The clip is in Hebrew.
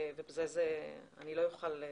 מעבר לזה, אני לא אוכל.